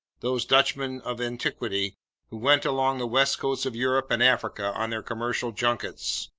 those dutchmen of antiquity who went along the west coasts of europe and africa on their commercial junkets!